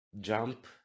jump